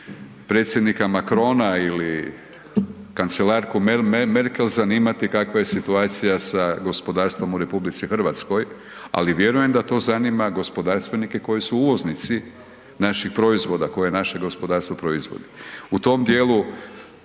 predsjednika Macrona ili kancelarku Merkel zanimati kakva je situacija sa gospodarstvom u RH, ali vjerujem da to zanima gospodarstvenike koji su uvoznici naših proizvoda koje je naše gospodarstvo proizvelo. U tom djelu